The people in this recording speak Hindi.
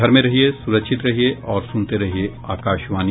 घर में रहिये सुरक्षित रहिये और सुनते रहिये आकाशवाणी